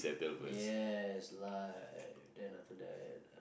yes life then after that